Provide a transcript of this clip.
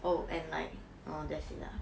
oh and like orh that's it lah